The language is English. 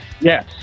Yes